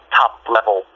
top-level